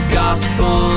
gospel